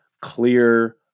clear